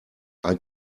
ein